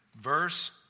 verse